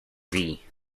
thee